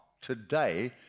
today